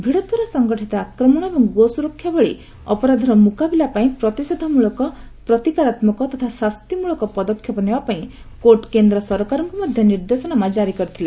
ଭିଡ ଦ୍ୱାରା ସଂଗଠିତ ଆକ୍ରମଣ ଏବଂ ଗୋସ୍ବରକ୍ଷା ଭଳି ଅପରାଧର ମ୍ରକାବିଲା ପାଇଁ ପ୍ରତିଷେଧମୂଳକ ପ୍ରତିକାରତ୍ମକ ତଥା ଶାସ୍ତିମୂଳକ ପଦକ୍ଷେପ ନେବା ପାଇଁ କୋର୍ଟ କେନ୍ଦ୍ର ସରକାରଙ୍କୁ ମଧ୍ୟ ନିର୍ଦ୍ଦେଶନାମା କାରି କରିଥିଲେ